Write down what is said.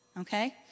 okay